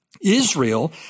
Israel